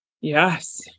yes